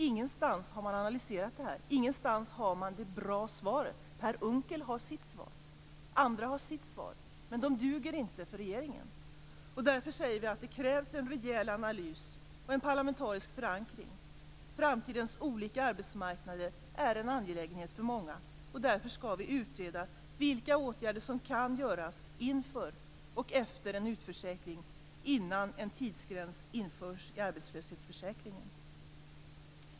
Ingenstans har man analyserat det här, och ingenstans har man det bra svaret. Per Unckel har sitt svar och andra har sitt svar, men de duger inte för regeringen. Därför säger vi att det krävs en rejäl analys och en parlamentarisk förankring. Framtidens olika arbetsmarknader är en angelägenhet för många, och därför skall vi utreda vilka åtgärder som kan göras inför och efter en utförsäkring innan en tidsgräns införs i arbetslöshetsförsäkringen.